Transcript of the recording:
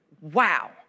wow